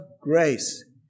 grace